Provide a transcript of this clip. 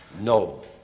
no